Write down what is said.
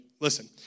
listen